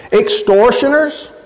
extortioners